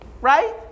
Right